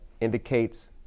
indicates